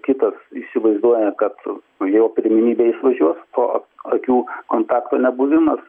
kitas įsivaizduoja kad jo pirmenybė jis važiuos o a akių kontakto nebuvimas